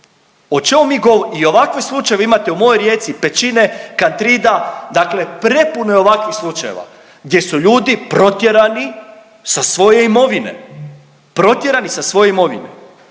O čemu mi govorimo? I ovakve slučajeve imate u mojoj Rijeci, Pećine, Kantrida, dakle prepuno je ovakvih slučajeva gdje su ljudi protjerani sa svoje imovine. Protjerani sa svoje imovine,